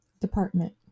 department